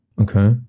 Okay